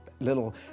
little